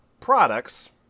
products